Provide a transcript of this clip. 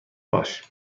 باش